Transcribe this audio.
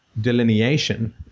delineation